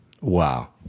Wow